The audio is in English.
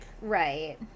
Right